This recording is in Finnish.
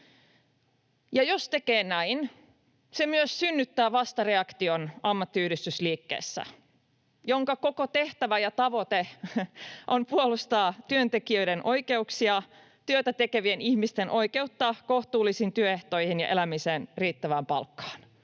jos tekee näin, se myös synnyttää vastareaktion ammattiyhdistysliikkeessä, jonka koko tehtävä ja tavoite on puolustaa työntekijöiden oikeuksia, työtä tekevien ihmisten oikeutta kohtuullisiin työehtoihin ja elämiseen riittävään palkkaan.